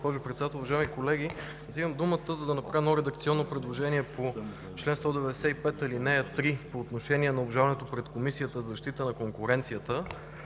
Председател, уважаеми колеги, взимам думата, за да направя едно редакционно предложение по чл. 195, ал. 3, по отношение на обжалването пред Комисията за защита на конкуренцията